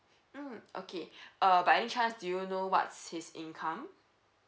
mm okay uh by any chance do you know what's his income